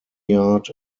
yard